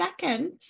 second